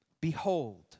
Behold